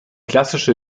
klassische